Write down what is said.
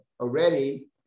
already